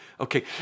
Okay